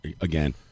again